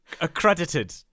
Accredited